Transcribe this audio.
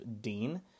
Dean